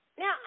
Now